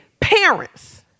Parents